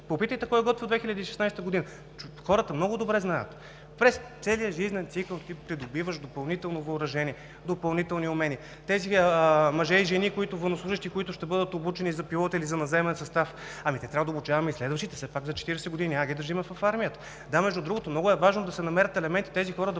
попитайте кой го е готвил през 2016 г. – хората много добре знаят: през целия жизнен цикъл придобиваш допълнително въоръжение, допълнителни умения. Тези мъже и жени военнослужещи, които ще бъдат обучени за пилоти или за наземен състав, ами трябва да обучаваме и следващите – все пак за 40 години, няма да ги държим в армията! Да, между другото, много е важно да се намерят елементи и тези хора да